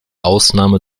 ausnahme